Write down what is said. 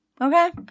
okay